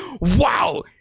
wow